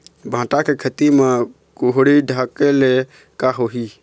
भांटा के खेती म कुहड़ी ढाबे ले का होही?